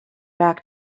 back